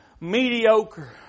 mediocre